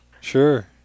Sure